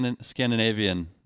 Scandinavian